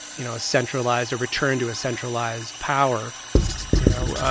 you know, a centralized or return to a centralized power you know,